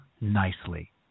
nicely